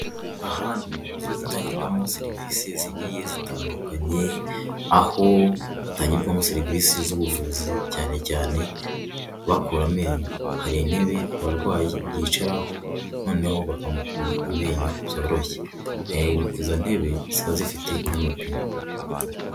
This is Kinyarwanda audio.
Aha ni mu nzu itangirwamo serivisi zigiye zitandukanye, aho hatangirwamo serivisi z'ubuvuzi cyane cyane bakura amenyo, hari intebe abarwayi yicaraho noneho bakamukura amenyo byoroshye, izo ntebe ziba zifite n'amapine.